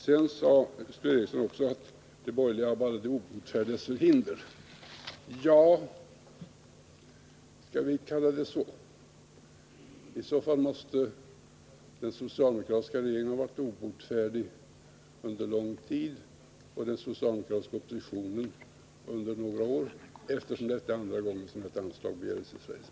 Sture Ericson sade att det är den obotfärdiges förhinder de borgerliga anför. Ja, skall vi kalla det så? I så fall måste den socialdemokratiska regeringen ha varit obotfärdig under lång tid, och den socialdemokratiska oppositionen under några år — detta är andra gången som detta anslag begärs i Sveriges riksdag.